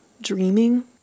dreaming